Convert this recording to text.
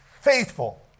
faithful